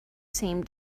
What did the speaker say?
same